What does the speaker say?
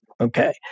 okay